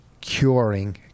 curing